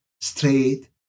straight